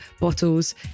bottles